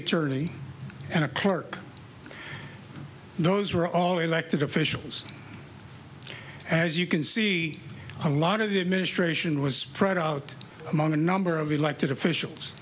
attorney and a clerk those were all elected officials as you can see a lot of the administration was spread out among a number of elected officials